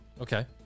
Okay